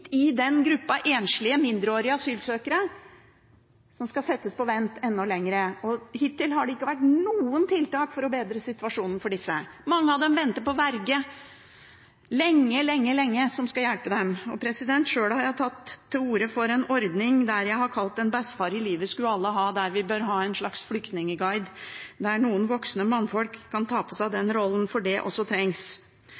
i den gruppen av enslige mindreårige asylsøkere som skal settes på vent enda lenger. Hittil har det ikke vært noen tiltak for å bedre situasjonen for disse. Mange av dem venter lenge, lenge, lenge på verge som skal hjelpe dem. Sjøl har jeg tatt til orde for en ordning som jeg har kalt «En bessfar i livet sku’ alle ha», at vi bør ha en slags flyktningguide, og at noen voksne mannfolk kan ta på seg den